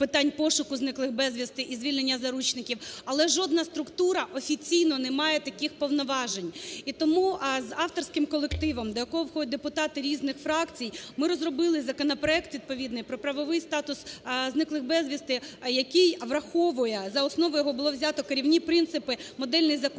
питань пошуку зниклих безвісти і звільнення заручників, але жодна структура офіційно не має таких повноважень. І тому з авторським колективом, до якого входять депутати різних фракцій, ми розробили законопроект відповідний про правовий статус зникли безвісти, який враховує, за основу його було взято керівні принципи, модельний закон